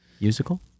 musical